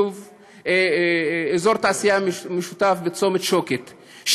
אזור תעשייה משותף בצומת שוקת,